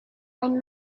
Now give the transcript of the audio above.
and